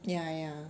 ya ya